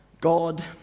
God